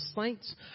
saints